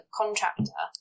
contractor